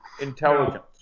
Intelligence